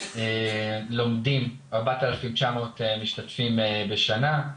לומדים 4,900 משתתפים בשנה,